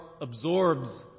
absorbs